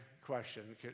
question